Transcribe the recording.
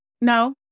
no